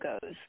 goes